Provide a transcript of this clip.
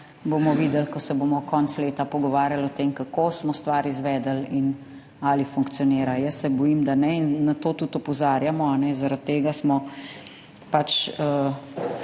bomo videli, ko se bomo konec leta pogovarjali o tem, kako smo stvar izvedli in ali funkcionira. Jaz se bojim, da ne, in na to tudi opozarjamo. Zaradi tega smo vam